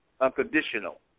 Unconditional